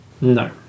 No